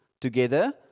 together